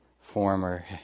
former